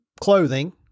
clothing